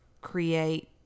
create